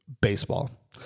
baseball